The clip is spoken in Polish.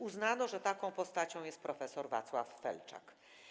Uznano, że taką postacią jest prof. Wacław Felczak.